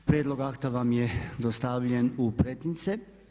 Prijedlog akta vam je dostavljen u pretince.